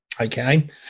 okay